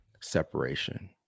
separation